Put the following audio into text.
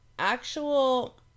actual